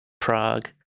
Prague